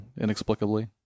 inexplicably